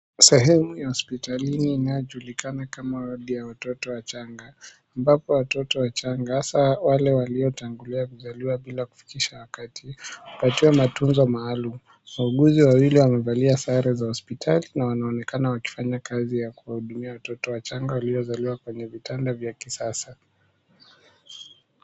Sehemu ya hospitalini inayojulikana kama wadi ya watoto wachanga ambapo watoto wachanga hasa wale waliotangulia kuzaliwa bila kufikisha wakati wapatiwe matunzo maalum. Wauguzi wawili wamevalia sare za hospitali na wanaonekana wakifanya kazi ya kuwahudumia watoto wachanga waliozaliwa kwenye vitanda vya kisasa.